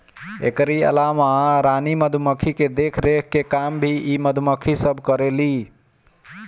एकरी अलावा रानी मधुमक्खी के देखरेख के काम भी इ मधुमक्खी सब करेली